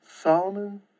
Solomon